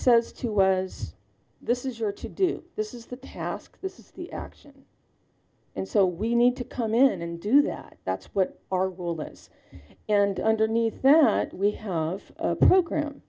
says she was this is your to do this is the task this is the action and so we need to come in and do that that's what our goal is and underneath that we have a program